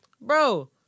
bro